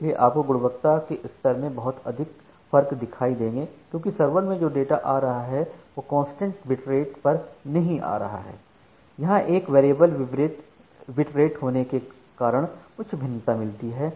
इसलिए आपको गुणवत्ता के स्तर में बहुत अधिक जर्क दिखाई देंगे क्योंकि सर्वर से जो डेटा आ रहा है वह कांस्टेंट बिटरेट पर नहीं आ रहा है यहां एक वेरिएबल बिटरेट में होने के कारण उच्च भिन्नता मिलती है